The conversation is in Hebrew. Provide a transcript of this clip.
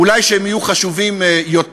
אולי שהם יהיו חשובים יותר,